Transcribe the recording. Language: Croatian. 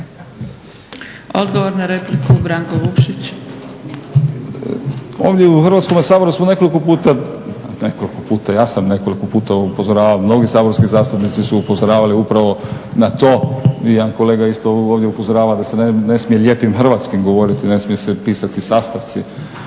laburisti - Stranka rada)** Ovdje u Hrvatskom saboru smo nekoliko puta, nekoliko puta ja sam nekoliko puta upozoravam mnogi saborski zastupnici su upozoravali upravo na to i jedan kolega ovdje upozorava da se ne smije lijepim hrvatskim govoriti, ne smije se pisati sastavci